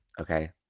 okay